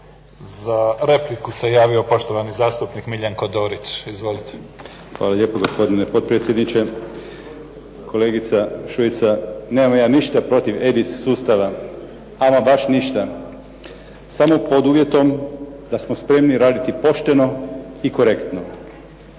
Za repliku se javio poštovani zastupnik Miljenko Dorić. Izvolite. **Dorić, Miljenko (HNS)** Hvala lijepo gospodine potpredsjedniče. Kolegice Šuica nemam ja ništa protiv EDIS sustava, ama baš ništa. Samo pod uvjetom da smo spremni raditi pošteno i korektno.